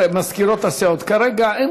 חבר'ה,